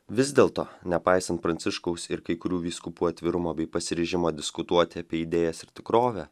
vis dėlto nepaisant pranciškaus ir kai kurių vyskupų atvirumo bei pasiryžimo diskutuoti apie idėjas ir tikrovę